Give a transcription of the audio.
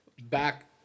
back